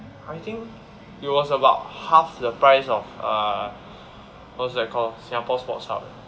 I think it was about half the price of uh what's that called singapore sports hub